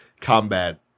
combat